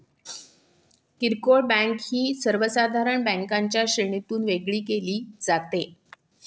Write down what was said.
किरकोळ बँक ही सर्वसाधारण बँकांच्या श्रेणीतून वेगळी केली जाते